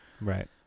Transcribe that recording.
Right